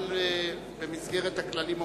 אבל במסגרת הכללים המותרים.